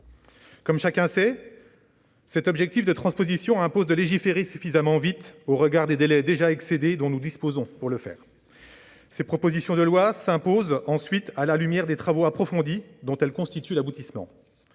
Or chacun sait que cet objectif de transposition impose de légiférer suffisamment vite au regard des délais, déjà dépassés, dont nous disposons pour le faire. Ces propositions de loi s'imposent, ensuite, à la lumière des travaux approfondis dont elles constituent l'aboutissement.